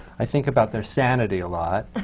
i think about their sanity a lot.